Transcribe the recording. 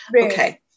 Okay